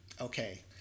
Okay